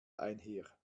einher